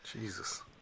Jesus